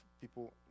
people